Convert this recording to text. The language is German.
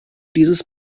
dieses